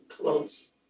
close